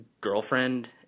girlfriend